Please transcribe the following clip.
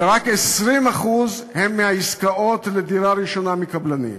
ורק 20% מהעסקאות לדירה ראשונה הם מקבלנים.